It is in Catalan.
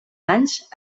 anys